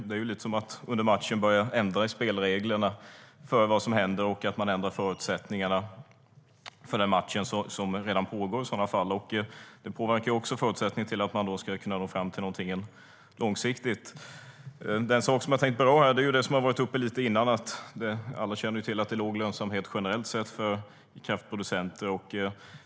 Det är liksom att under matchen börja ändra i spelreglerna och ändra förutsättningarna för den match som redan pågår. Det påverkar också förutsättningarna för att man ska kunna nå fram till något långsiktigt. Jag tänkte beröra en sak som har varit uppe lite grann innan. Alla känner till att det är låg lönsamhet generellt sett för kraftproducenter.